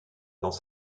dans